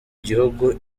gihugu